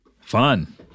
Fun